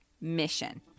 mission